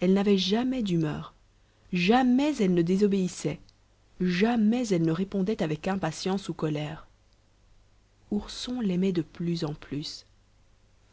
elle n'avait jamais d'humeur jamais elle ne désobéissait jamais elle ne répondait avec impatience ou colère ourson l'aimait de plus en plus